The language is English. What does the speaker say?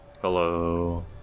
Hello